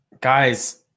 Guys